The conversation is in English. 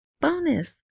bonus